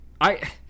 I-